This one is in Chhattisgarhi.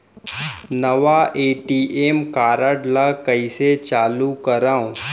नवा ए.टी.एम कारड ल कइसे चालू करव?